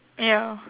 ya